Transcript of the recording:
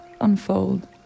unfold